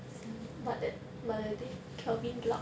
sian but that but that day kelvin luck